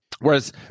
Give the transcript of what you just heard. whereas